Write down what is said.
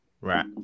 Right